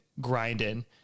grinding